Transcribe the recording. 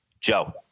Joe